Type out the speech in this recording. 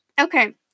Okay